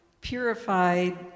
purified